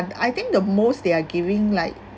I think the most they are giving like